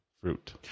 fruit